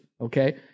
okay